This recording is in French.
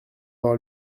avoir